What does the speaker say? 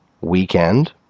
weekend